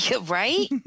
Right